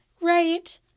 right